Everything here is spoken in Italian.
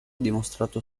dimostrato